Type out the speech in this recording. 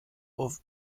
auf